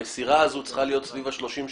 ועלות המסירה היא כ-30 שקלים,